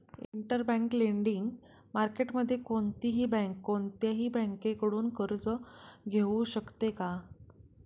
Interbank lending मार्केटमध्ये कोणतीही bank कोणत्याही बँकेकडून कर्ज घेऊ शकते का?